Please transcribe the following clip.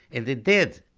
and it did!